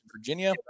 Virginia